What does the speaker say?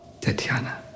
Tatiana